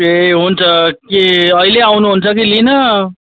ए हुन्छ के अहिले आउनुहुन्छ कि लिन